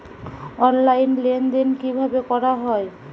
Online লেনদেন কিভাবে করা হয়?